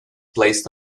placed